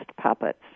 puppets